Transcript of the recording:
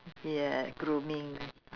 yeah grooming